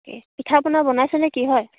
তাকে পিঠা পনা বনাইছেনে কি হয়